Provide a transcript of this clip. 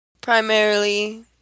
primarily